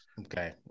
okay